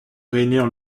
réunir